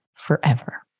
forever